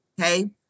Okay